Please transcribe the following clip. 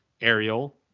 aerial